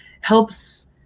helps